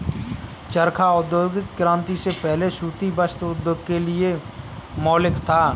चरखा औद्योगिक क्रांति से पहले सूती वस्त्र उद्योग के लिए मौलिक था